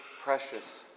precious